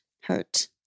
hurt